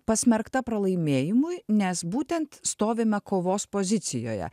pasmerkta pralaimėjimui nes būtent stovime kovos pozicijoje